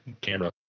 camera